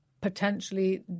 potentially